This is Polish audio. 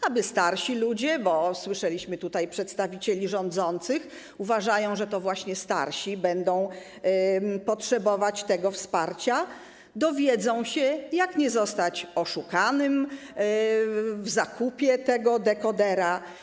Aby starsi ludzie, bo słyszeliśmy tutaj przedstawicieli rządzących, którzy uważają, że to właśnie starsi będą potrzebować tego wsparcia, dowiedzieli się, jak nie zostać oszukanym w zakupie tego dekodera.